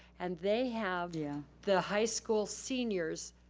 and they have yeah the high school seniors,